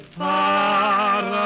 far